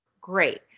great